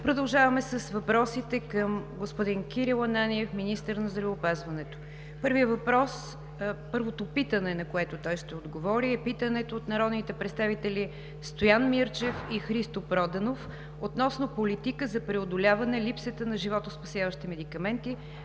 Продължаваме с въпросите към господин Кирил Ананиев – министър на здравеопазването. Първото питане, на което той ще отговори, е питането от народните представители Стоян Мирчев и Христо Проданов относно политика за преодоляване липсата на животоспасяващи медикаменти,